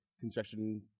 construction